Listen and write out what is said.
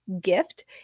gift